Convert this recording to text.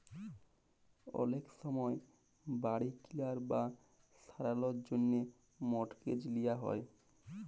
অলেক সময় বাড়ি কিলার বা সারালর জ্যনহে মর্টগেজ লিয়া হ্যয়